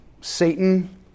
Satan